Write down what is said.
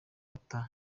ata